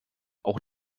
auch